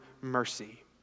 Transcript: mercy